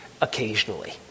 occasionally